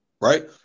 right